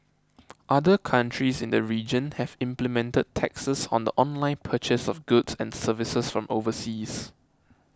other countries in the region have implemented taxes on the online purchase of goods and services from overseas